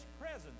presence